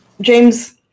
James